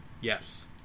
yes